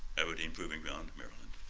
aberdeen proving ground, maryland.